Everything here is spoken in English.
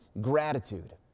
gratitude